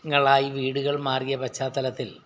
വീടുകൾ മാറിയ പശ്ചാത്തലത്തിൽ